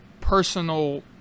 personal